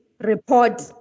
report